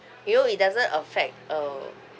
you know it doesn't affect um